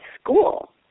school